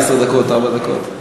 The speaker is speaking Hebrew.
עשר דקות, ארבע דקות.